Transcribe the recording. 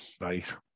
right